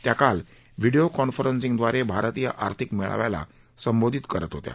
त्या काल व्हीडीओ कॉन्फरसिंगद्वारे भारतीय आर्थिक मेळाव्याला संबोधित करत होत्या